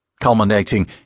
culminating